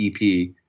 ep